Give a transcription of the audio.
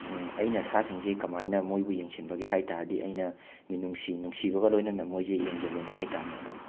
ꯑꯩꯅ ꯁꯥꯁꯤꯡꯁꯦ ꯀꯃꯥꯏꯅ ꯃꯣꯏꯕꯨ ꯌꯦꯡꯁꯤꯟꯕꯒꯦ ꯍꯥꯏꯕ ꯇꯥꯔꯗꯤ ꯑꯩꯅ ꯃꯤꯅꯨꯡꯁꯤ ꯅꯨꯡꯁꯤꯕꯒ ꯂꯣꯏꯅꯅ ꯃꯣꯏꯁꯦ ꯌꯦꯡꯁꯤꯜꯂꯦꯅ ꯍꯥꯏꯕ ꯇꯥꯕꯅꯦ ꯑꯗꯣ